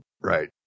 right